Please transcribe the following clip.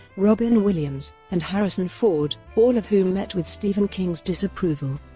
robin williams, and harrison ford, all of whom met with stephen king's disapproval.